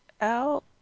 out